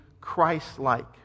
Christ-like